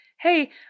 hey